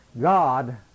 God